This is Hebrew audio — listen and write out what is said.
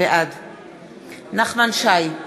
בעד נחמן שי,